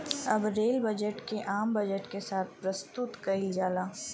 अब rail budget के आम बजट के साथ प्रसतुत कईल जाला